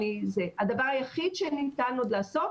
הדבר היחיד שניתן עוד לעשות,